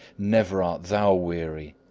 never art thou weary!